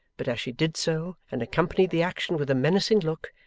but as she did so and accompanied the action with a menacing look,